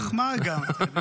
לגמרי.